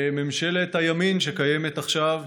ממשלת הימין שמכהנת עכשיו,